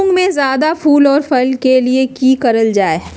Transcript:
मुंग में जायदा फूल और फल के लिए की करल जाय?